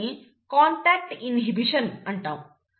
దీనిని contact inhibitions అంటారు